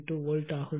2 volt ஆகும்